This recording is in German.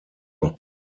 auch